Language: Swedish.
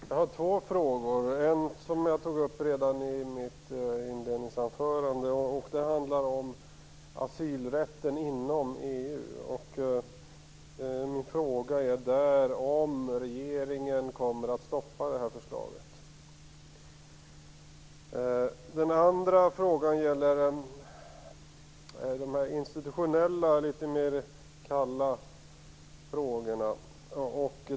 Fru talman! Jag har två frågor. En tog jag upp redan i mitt inledningsanförande. Det handlar om asylrätten inom EU. Min fråga är om regeringen kommer att stoppa förslaget. Den andra frågan gäller de institutionella, litet mer kalla ämnena.